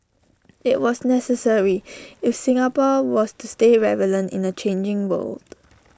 IT was necessary if Singapore was to stay relevant in A changing world